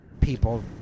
people